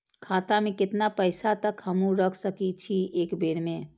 खाता में केतना पैसा तक हमू रख सकी छी एक बेर में?